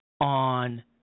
on